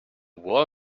wall